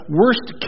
worst